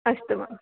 अस्तु मा